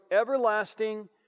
everlasting